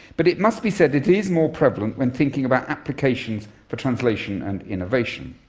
but it must be said, it is more prevalent when thinking about applications for translation and innovation.